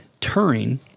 Turing